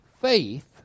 faith